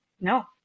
no